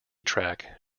track